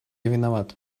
виноват